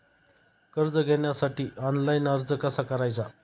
कर्ज घेण्यासाठी ऑनलाइन अर्ज कसा करायचा?